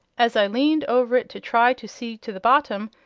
as i leaned over it to try to see to the bottom,